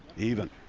even.